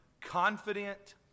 confident